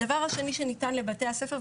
הדבר השני שניתן לבתי הספר,